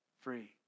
free